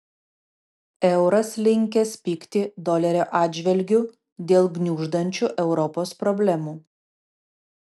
euras linkęs pigti dolerio atžvilgiu dėl gniuždančių europos problemų